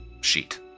sheet